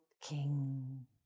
king